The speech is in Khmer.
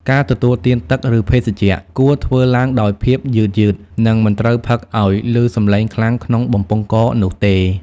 ការទទួលទានទឹក ឬភេសជ្ជៈ គួរធ្វើឡើងដោយភាពយឺតៗ និងមិនត្រូវផឹកឱ្យឮសំឡេងខ្លាំងក្នុងបំពង់កនោះទេ។